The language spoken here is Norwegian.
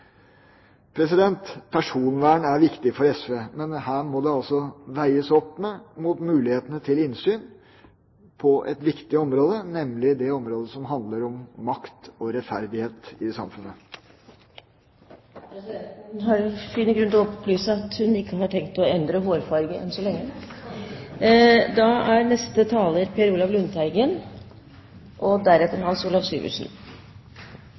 Personvern er viktig for SV, men her må det altså veies opp mot mulighetene til innsyn på et viktig område, nemlig det området som handler om makt og rettferdighet i samfunnet. Presidenten finner grunn til å opplyse at hun ikke har tenkt å endre hårfarge, enn så lenge.